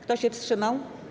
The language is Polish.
Kto się wstrzymał?